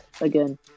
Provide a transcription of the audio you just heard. again